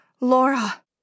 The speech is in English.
Laura